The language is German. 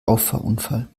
auffahrunfall